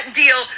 deal